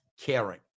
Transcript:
caring